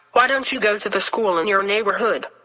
why don't you go to the school in your neighborhood?